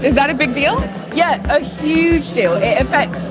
that a big deal yet? a huge deal? yeah